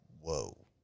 whoa